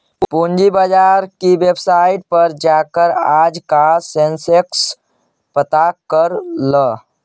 पूंजी बाजार की वेबसाईट पर जाकर आज का सेंसेक्स पता कर ल